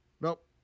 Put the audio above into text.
Nope